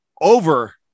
over